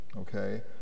okay